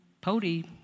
Pody